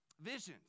visions